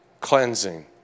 cleansing